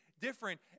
different